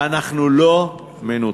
ואנחנו לא מנותקים.